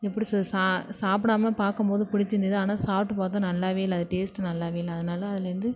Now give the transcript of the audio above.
எப்படி சொல்கிறது சாப்பிடாம பாக்கும்போது பிடிச்சிருந்துது ஆனால் சாப்பிட்டு பார்த்தோம் நல்லா இல்லை அது டேஸ்ட்டு நல்லா இல்லை அதனால அதுலேருந்து